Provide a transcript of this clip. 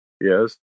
Yes